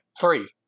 three